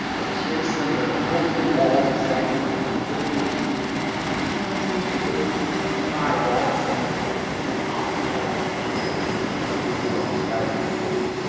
adjacent the imposing walls of san quentin imposing twenty to thirty feet-high walls of san quentin opposite that is one of the oldest facilities we have on site here at this prison.